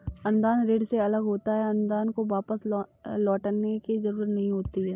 अनुदान ऋण से अलग होता है अनुदान को वापस लौटने की जरुरत नहीं होती है